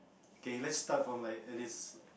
K lets start from like Alice